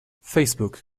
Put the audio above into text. facebook